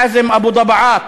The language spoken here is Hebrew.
חאזם אבו דבעאת,